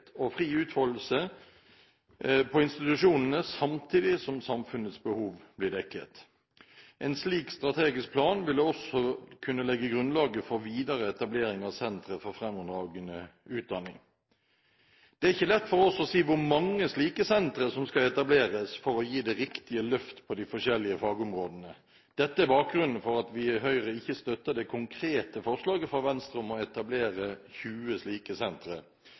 og fri utfoldelse på institusjonene, samtidig som samfunnets behov blir dekket? En slik strategisk plan ville også kunne legge grunnlaget for videre etablering av sentre for fremragende utdanning. Det er ikke lett for oss å si hvor mange slike sentre som skal etableres for å gi det riktige løft på de forskjellige fagområdene. Dette er bakgrunnen for at vi i Høyre ikke støtter det konkrete forslaget fra Venstre om å etablere 20 slike sentre,